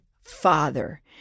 father